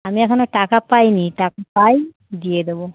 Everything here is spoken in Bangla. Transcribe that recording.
আমি এখনও টাকা পাই নি টাকা পাই দিয়ে দেবো